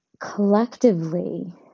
Collectively